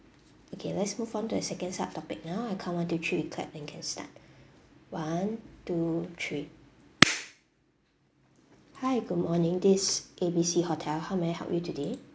okay let's move on to the second sub topic now I count one two three we clap and can start one two three hi good morning this A B C hotel how may I help you today